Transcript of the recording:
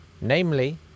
Namely